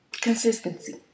Consistency